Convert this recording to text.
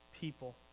people